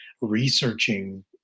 researching